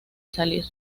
salir